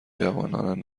جوانان